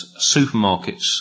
supermarkets